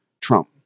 Trump